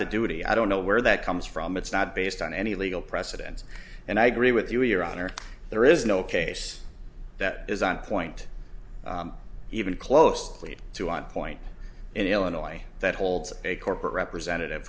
the duty i don't know where that comes from it's not based on any legal precedents and i agree with you your honor there is no case that is on point even close to lead to a point in illinois that holds a corporate representative